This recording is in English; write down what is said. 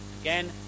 again